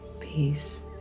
peace